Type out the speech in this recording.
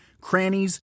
crannies